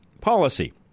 policy